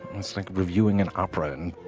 it's like reviewing and opera and,